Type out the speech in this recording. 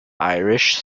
irish